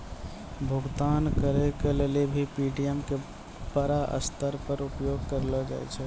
भुगतान करय ल भी पे.टी.एम का बड़ा स्तर पर उपयोग करलो जाय छै